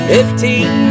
Fifteen